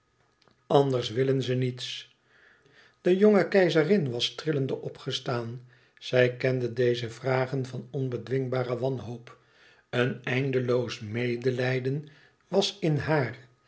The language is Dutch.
anders willen ze niets de jonge keizerin was trillende opgestaan zij kende deze vlagen van onbedwingbare wanhoop een eindeloos medelijden was in haar